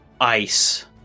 ice